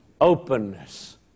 openness